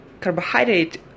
carbohydrate